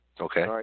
Okay